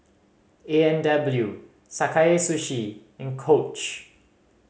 A and W Sakae Sushi and Coach